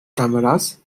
cameras